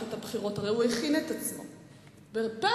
ולעשות את הצעדים הנכונים, הוא מטיל מסים עקיפים.